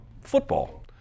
Football